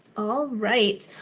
all right.